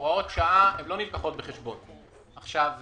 הוראות שעה לא נלקחות בחשבון וצריך